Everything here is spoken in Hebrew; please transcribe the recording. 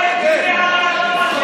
גזען.